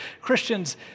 Christians